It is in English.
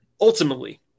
ultimately